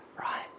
right